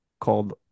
called